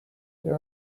there